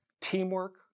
teamwork